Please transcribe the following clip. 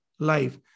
Life